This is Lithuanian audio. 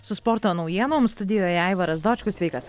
su sporto naujienoms studijoje aivaras dočkus sveikas